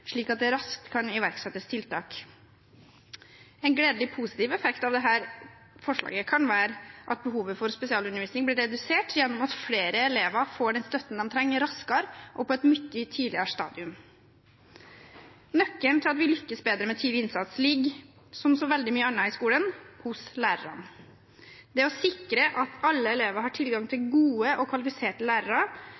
slik at det raskt kan iverksettes tiltak. En gledelig positiv effekt av dette forslaget kan være at behovet for spesialundervisning blir redusert gjennom at flere elever får den støtten de trenger, raskere og på et mye tidligere stadium. Nøkkelen til at vi lykkes bedre med tidlig innsats, ligger – som så veldig mye annet i skolen – hos lærerne. Det å sikre at alle elever har tilgang til